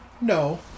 No